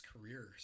career